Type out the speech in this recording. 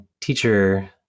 teacher